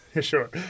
sure